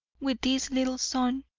with this little son?